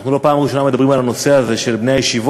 זו לא הפעם הראשונה שאנחנו מדברים על הנושא הזה של בני הישיבות,